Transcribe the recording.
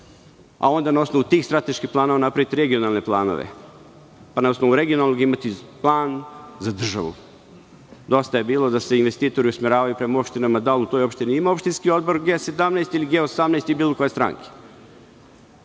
a onda na osnovu tih strateških planova napraviti regionalne planove, pa na osnovu regionalnog imati plan za državu. Dosta je bilo da se investitori usmeravaju prema opštinama, da li u toj opštini ima opštinski odbor G17, ili G18, ili bilo koje stranke,